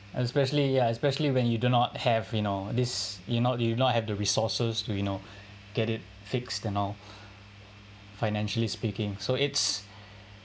especially ya especially when you do not have you know this you not you not have the resources to you know get it fixed and all financially speaking so it's